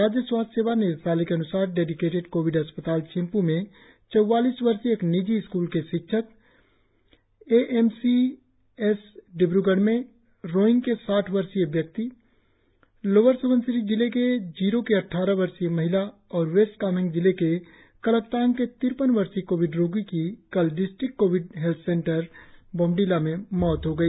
राज्य स्वास्थ्य सेवा निदेशालय के अन्सार डेडिकेटेड कोविड अस्पताल चिंप् में चौवालीस वर्षीय एक निजी स्कूल के शिक्षक A M C S Dibrugarh में रोईग के साठ वर्षीय व्यक्ति लोअर स्बनसिरी जिले के जीरो की अद्वारह वर्षीय महिला और वेस्ट कामेंग जिले के कलाकतांग के तिरपन वर्षीय कोविड रोगी की कल district covid health centre Bomdila में मौत हो गई